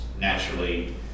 naturally